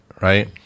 right